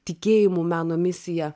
tikėjimu meno misija